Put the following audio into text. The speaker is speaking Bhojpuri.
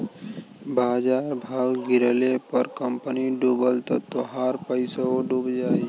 बाजार भाव गिरले पर कंपनी डूबल त तोहार पइसवो डूब जाई